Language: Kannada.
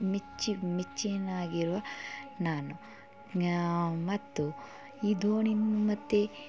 ಮೆಚ್ಚಿ ಮೆಚ್ಚಿನಾಗಿರುವ ನಾನು ಮತ್ತು ಈ ಧೋಣಿನ್ನು ಮತ್ತು